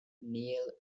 neal